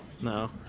No